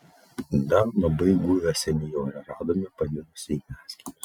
dar labai guvią senjorę radome panirusią į mezginius